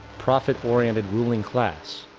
profit oriented ruling class,